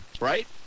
Right